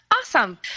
Awesome